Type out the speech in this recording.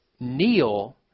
kneel